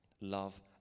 love